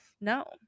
No